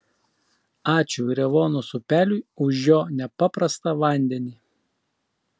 ačiū revuonos upeliui už jo nepaprastą vandenį